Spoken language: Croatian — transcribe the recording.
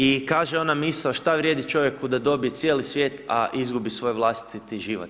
I kaže ona misao, šta vrijedi čovjeku da dobije cijeli svijet, a izgubi svoje vlastiti život.